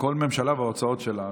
כל ממשלה וההוצאות שלה.